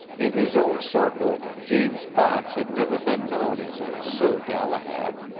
in his own circle james botts had never been known as a sir galahad,